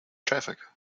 traffic